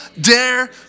dare